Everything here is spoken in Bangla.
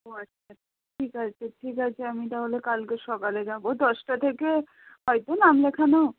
ও আচ্ছা ঠিক আছে ঠিক আছে আমি তাহলে কালকে সকালে যাব দশটা থেকে হয় তো নাম লেখানো